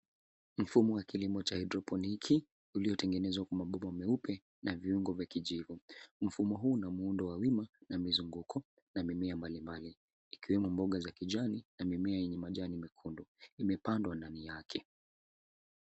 Mfumo wa kilimo cha [cs ] hydroponic [cs ] ulioyengenezwa kwa mabomba meupe na viungo vya kijivu. Mfumo huu una muundo wa wima na mzunguko na mimea mbalimbali ikiwemo mboga za kijani na mimea yenye majani mekundu imepandwa ndani yake.